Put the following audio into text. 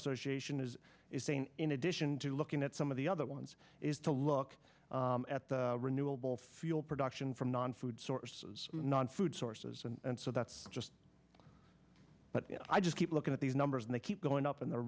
association is saying in addition to looking at some of the other ones is to look at the renewable fuel production from non food sources non food sources and so that's just but i just keep looking at these numbers and they keep going up and the